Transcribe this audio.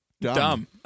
Dumb